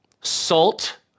salt